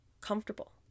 comfortable